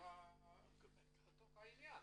בתוך העניין.